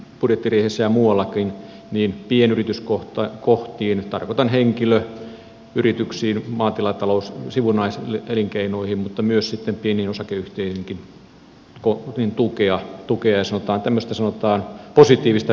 budjettiriihessä muuallakin niin pienyrityskohtakohtiin tukea ja sanotaan tämmöistä positiivista virettä tullut budjettiriihessä ja muuallakaan pienyrityskohtiin tarkoitan henkilöyrityksiin maatilatalous sivuelinkeinoihin pieniin osakeyhtiöihinkään